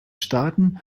starten